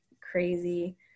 crazy